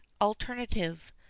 alternative